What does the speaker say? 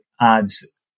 adds